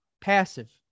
passive